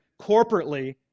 corporately